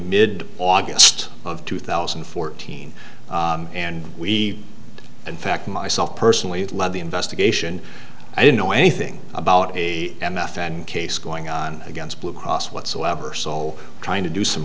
mid august of two thousand and fourteen and we in fact myself personally led the investigation i don't know anything about a m f and case going on against blue cross whatsoever sol trying to do some